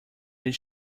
his